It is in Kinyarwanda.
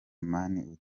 man